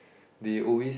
they always